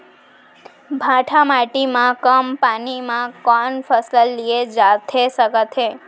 भांठा माटी मा कम पानी मा कौन फसल लिए जाथे सकत हे?